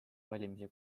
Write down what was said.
valimisi